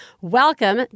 Welcome